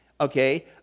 okay